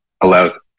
allows